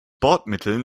bordmitteln